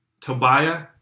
Tobiah